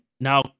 now